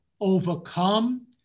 overcome